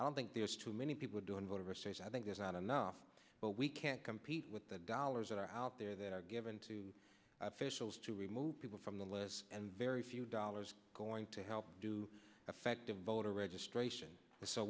i don't think there's too many people doing voter registration i think there's not enough but we can't compete with the dollars that are out there that are given to officials to remove people from the list and very few dollars going to help to affect the voter registration